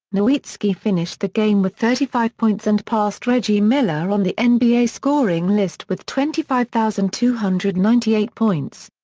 nowitzki finished the game with thirty five points and passed reggie miller on the nba scoring list with twenty five thousand two hundred and ninety eight points.